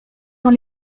dans